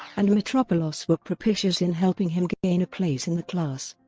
and mitropoulos were propitious in helping him gain a place in the class.